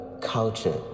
culture